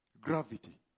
Gravity